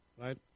right